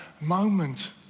moment